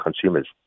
consumers